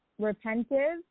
repentive